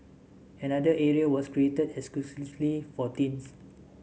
another area was created exclusively for teens